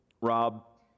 Rob